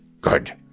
good